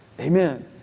amen